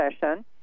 session